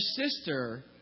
sister